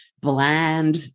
Bland